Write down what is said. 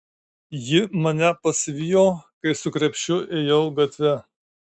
ji mane pasivijo kai su krepšiu ėjau gatve